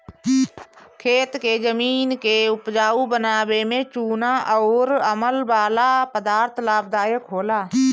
खेत के जमीन के उपजाऊ बनावे में चूना अउर अमल वाला पदार्थ लाभदायक होला